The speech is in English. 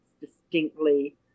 distinctly